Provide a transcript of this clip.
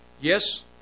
Yes